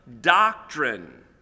doctrine